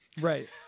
Right